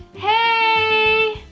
hey,